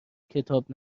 کتاب